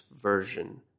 version